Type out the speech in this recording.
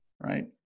right